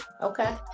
okay